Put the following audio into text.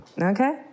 Okay